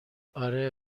آره